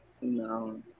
No